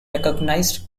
recognized